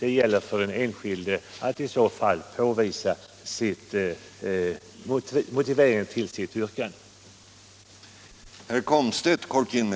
Det gäller för den enskilde att i förekommande fall motivera sitt yrkande.